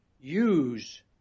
use